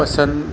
पसंदि